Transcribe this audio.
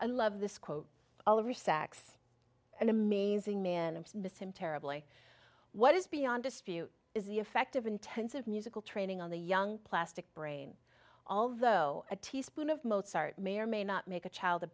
and love this quote oliver sacks an amazing man and miss him terribly what is beyond dispute is the effect of intensive musical training on the young plastic brain although a teaspoon of mozart may or may not make a child a